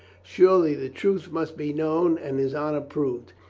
surely the truth must be known and his honor proved.